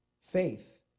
Faith